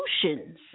solutions